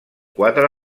quatre